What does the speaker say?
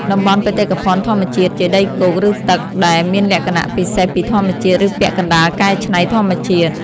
តំបន់បេតិកភណ្ឌធម្មជាតិ ជាដីគោក ឬទឹកដែលមានលក្ខណៈពិសេសពីធម្មជាតិ ឬពាក់កណ្តាលកែច្នៃធម្មជាតិ។